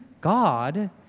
God